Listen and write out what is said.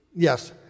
Yes